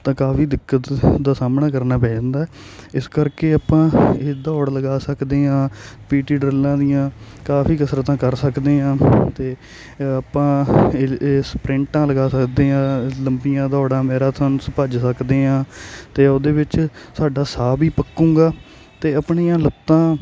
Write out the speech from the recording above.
ਤਾਂ ਕਾਫ਼ੀ ਦਿੱਕਤ ਦਾ ਸਾਹਮਣਾ ਕਰਨਾ ਪੈ ਜਾਂਦਾ ਇਸ ਕਰਕੇ ਆਪਾਂ ਇਹ ਦੌੜ ਲਗਾ ਸਕਦੇ ਹਾਂ ਪੀ ਟੀ ਡਰਿੱਲਾਂ ਦੀਆਂ ਕਾਫ਼ੀ ਕਸਰਤਾਂ ਕਰ ਸਕਦੇ ਹਾਂ ਅਤੇ ਆਪਾਂ ਇਹ ਇਹ ਸਪ੍ਰਿੰਟਾਂ ਲਗਾ ਸਕਦੇ ਹਾਂ ਲੰਬੀਆਂ ਦੌੜਾਂ ਵਗੈਰਾ ਤੁਹਾਨੂੰ ਭੱਜ ਸਕਦੇ ਹਾਂ ਤੇ ਉਹਦੇ ਵਿੱਚ ਸਾਡਾ ਸਾਹ ਵੀ ਪੱਕੇਗਾ ਅਤੇ ਆਪਣੀਆਂ ਲੱਤਾਂ